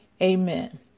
Amen